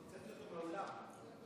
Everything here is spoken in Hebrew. הוא הלך.